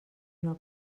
una